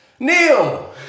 Neil